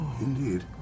Indeed